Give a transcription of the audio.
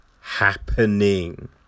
Happening